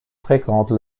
fréquente